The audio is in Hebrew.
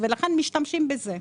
ולכן משתמשים בזה.